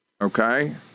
okay